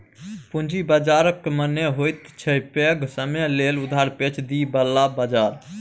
पूंजी बाजारक मने होइत छै पैघ समय लेल उधार पैंच दिअ बला बजार